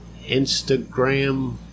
Instagram